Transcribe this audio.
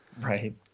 Right